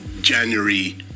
January